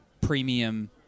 premium